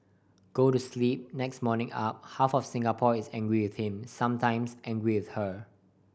go to sleep next morning up half of Singapore is angry with him sometimes angry with her